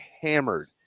hammered